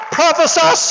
prophesy